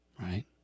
Right